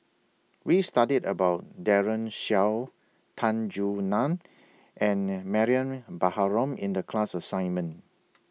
We studied about Daren Shiau Tan Soo NAN and Mariam Baharom in The class assignment